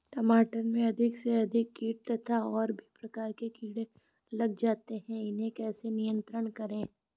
टमाटर में अधिक से अधिक कीट तथा और भी प्रकार के कीड़े लग जाते हैं इन्हें कैसे नियंत्रण करें?